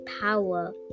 power